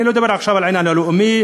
אני מדבר עכשיו על העניין הלאומי,